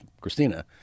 Christina